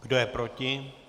Kdo je proti?